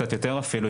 קצת יותר אפילו,